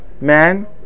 man